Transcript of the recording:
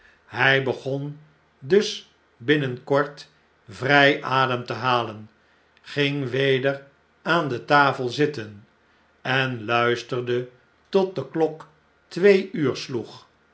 hjj begon dus binnenkort vrjj adem te halen ging weder aan de tafel zitten en luisterde tot de klok twee uur sloeg